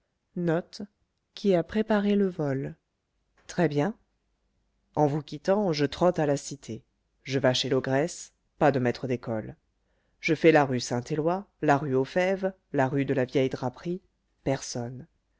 qui a nourri le poupard très-bien en vous quittant je trotte à la cité je vas chez l'ogresse pas de maître d'école je fais la rue saint éloi la rue aux fèves la rue de la vieille draperie personne